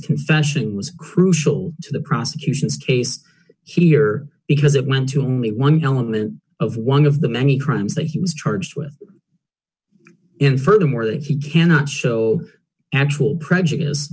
confession was crucial to the prosecution's case here because it went to only one element of one of the many crimes that he was charged with in furthermore that he cannot show actual pre